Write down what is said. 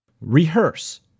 Rehearse